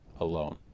alone